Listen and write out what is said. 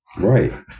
right